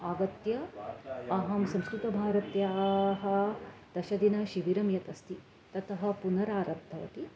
आगत्य अहं संस्कृतभारत्याः दशदिनशिबिरं यत् अस्ति ततः पुनरारब्धवती